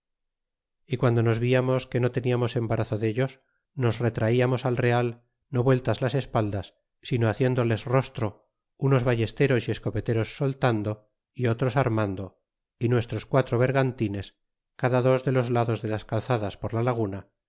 y guando nos viamos que no teniamos embarazo dellos nos retraiamos al real no vueltas las espaldas sino haciéndoles rostro unos ballesteros y escopeteros soltando y otros armando y nuestros quatro bergantines cada dos de los lados de las calzadas por la laguna